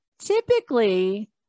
typically